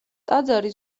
ტაძარი